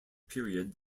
period